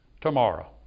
tomorrow